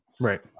Right